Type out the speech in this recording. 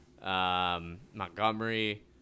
Montgomery